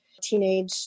teenage